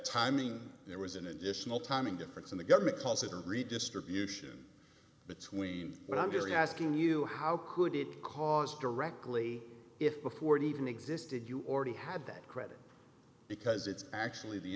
timing there was an additional timing difference and the government calls it a redistribution between what i'm hearing asking you how could it cause directly if before it even existed you already had that credit because it's actually the